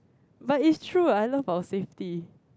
but it's true I love our safety